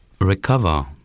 recover